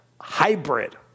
hybrid